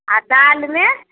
आ दाल में